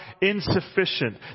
insufficient